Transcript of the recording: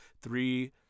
three